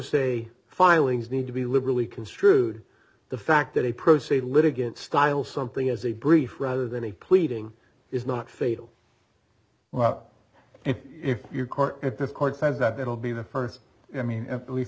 se filings need to be liberally construed the fact that a pro se litigant style something is a brief rather than a pleading is not fatal well if your court at this court says that it will be the first i mean at least